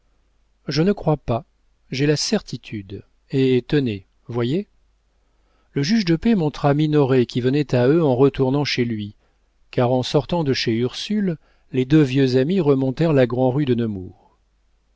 je ne crois pas j'ai la certitude et tenez voyez le juge de paix montra minoret qui venait à eux en retournant chez lui car en sortant de chez ursule les deux vieux amis remontèrent la grand'rue de